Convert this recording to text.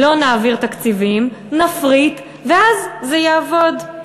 לא נעביר תקציבים, נפריט, ואז זה יעבוד.